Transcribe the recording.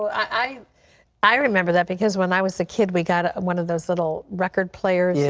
i i remember that because when i was a kid we got one of those little record players, yeah